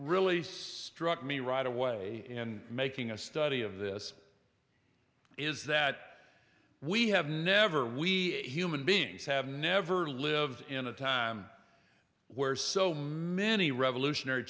really struck me right away in making a study of this is that we have never we human beings have never lived in a time where so many revolutionary